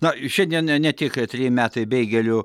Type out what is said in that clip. na šiandien ne tik treji metai beigelių